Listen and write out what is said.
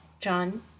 John